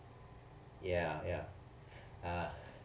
ya ya ah